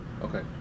Okay